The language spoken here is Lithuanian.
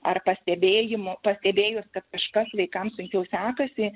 ar pastebėjimų pastebėjus kad kažkas vaikams sunkiau sekasi